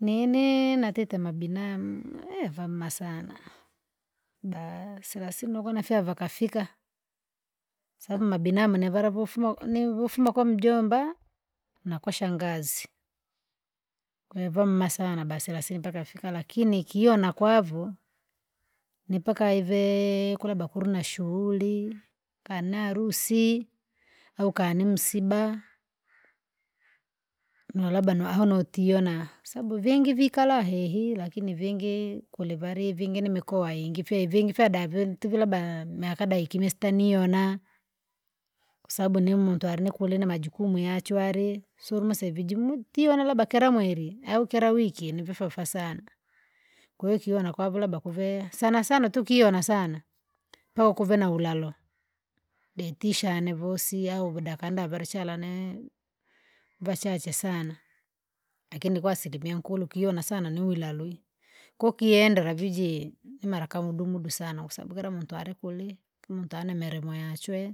Nini natite mabinamu vameme sana, ba selasini nokona fya vakafika. Sababu mabinamu nivala voufuma ni- vofuma kwa mjombaa! na kwa shsngazi, kwahiyo vameme sana ba selasini mpaka fika lakini ikona kwavo, ni mpaka ive kula ba kulina shuhuri, kana harusi, au kani msiba? No labda no au notiyona sabu vingi vikala hehi lakini vingi kulivali vingi nimikoa ingi fyaivingi fyada vintu vii labda miaka da ikimi sits niyona. Kwasabu nimuntu alinikule najukumu yachari? Surumuse vijimu tiyona labda kila mweri aua kila wiki nivyafafa sana, kwahiyo ikiona kwa vii labda kuvea sanasana tuku kiyona sana, mpaka ukuve na ulalo, detisha yane nivosi au dakanda vali chala nee, vachache sana, lakini kwa asilimia nkulu ukiona niulalwi, koo ukiyendera vii jii ni mara kamudumudu sana kwasababu kila muntu alikuli, muntu animele muyachwe.